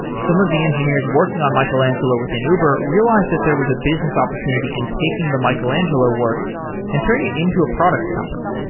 some of the engineers working on michelangelo within uber realized that there was a business opportunity in taking the michelangelo work and turning it into a product company.